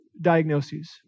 diagnoses